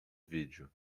vídeo